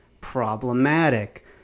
problematic